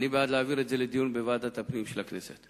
אני בעד להעביר את זה לדיון בוועדת הפנים של הכנסת.